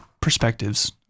perspectives